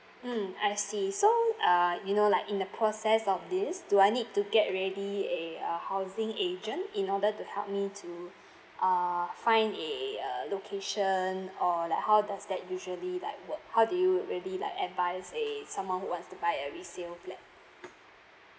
mm I see so uh you know like in the process of this do I need to get ready a uh housing agent in order to help me to uh find a uh location or like how does that usually like work how do you really like advise a someone who wants to buy a resale flat